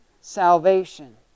salvation